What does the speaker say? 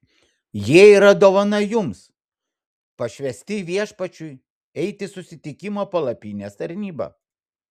jie yra dovana jums pašvęsti viešpačiui eiti susitikimo palapinės tarnybą